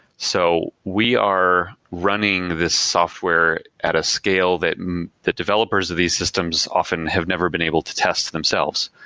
so we are running this software at a scale that the developers of these systems often have never been able to test themselves.